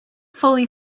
fully